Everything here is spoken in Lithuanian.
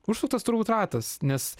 užsuktas turbūt ratas nes